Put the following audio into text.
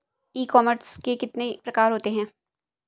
ई commerce के कितने प्रकार होते हैं?